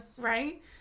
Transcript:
right